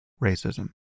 racism